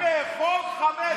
טיפת כבוד, לא במסורת,